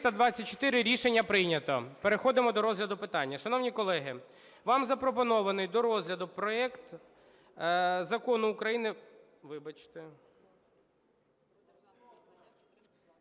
За-324 Рішення прийнято. Переходимо до розгляду питання. Шановні колеги, вам запропонований до розгляду проект Закону України… Вибачте.